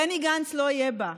בני גנץ לא יהיה בה,